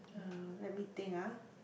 uh let me think ah